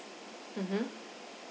mmhmm